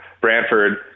Brantford